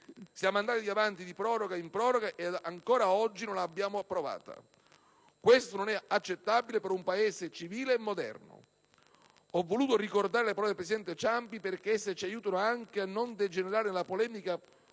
Siamo andati avanti di proroga in proroga e ad oggi ancora non l'abbiamo approvata. Questo non è accettabile per un Paese civile e moderno. Ho voluto ricordare le parole del presidente Ciampi perché esse ci aiutano anche a non degenerare nella polemica più